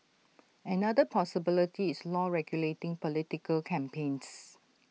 another possibility is law regulating political campaigns